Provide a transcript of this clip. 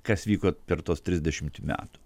kas vyko per tuos trisdešimt metų